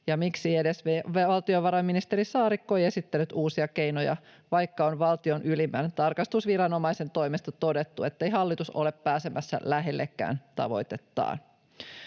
Ja miksi edes valtiovarainministeri Saarikko ei esittänyt uusia keinoja, vaikka on valtion ylimmän tarkastusviranomaisen toimesta todettu, ettei hallitus ole pääsemässä lähellekään tavoitettaan?